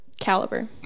caliber